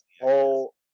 whole